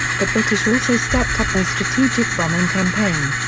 the british also stepped up their strategic bombing campaign.